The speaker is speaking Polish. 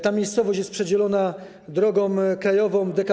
Ta miejscowość jest przedzielona drogą krajową DK46.